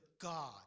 God